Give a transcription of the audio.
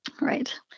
right